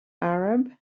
arab